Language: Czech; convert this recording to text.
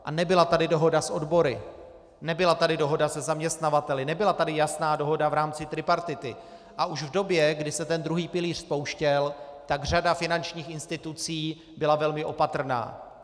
A nebyla tady dohoda s odbory, nebyla tady dohoda se zaměstnavateli, nebyla tady jasná dohoda v rámci tripartity a už v době, kdy se ten druhý pilíř spouštěl, tak řada finančních institucí byla velmi opatrná.